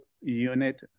unit